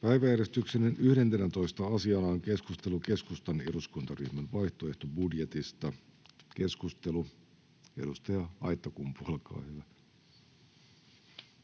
Päiväjärjestyksen 11. asiana on keskustelu keskustan eduskuntaryhmän vaihtoehtobudjetista. — Keskustelu, edustaja Aittakumpu, olkaa hyvä.